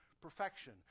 perfection